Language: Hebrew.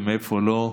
מאיפה לא.